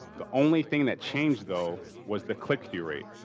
the only thing that changed though was the click-through rate,